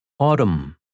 Autumn